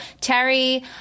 terry